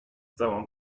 całą